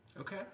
Okay